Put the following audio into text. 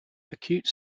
acute